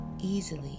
easily